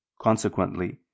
Consequently